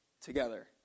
together